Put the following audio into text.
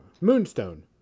Moonstone